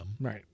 Right